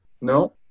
No